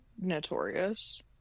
notorious